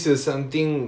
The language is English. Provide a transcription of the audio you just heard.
is it